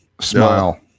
smile